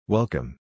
Welcome